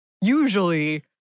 usually